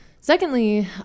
Secondly